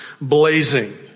blazing